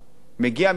מגיע מקרה,